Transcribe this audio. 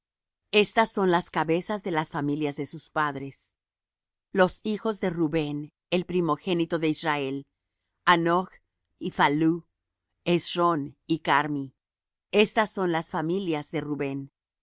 estas son las cabezas de las familias de sus padres los hijos de rubén el primogénito de israel hanoch y phallú hezrón y carmi estas son las familias de rubén